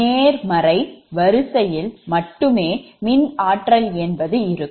நேர்மறை வரிசையில் மட்டுமே மின் ஆற்றல் என்பது இருக்கும்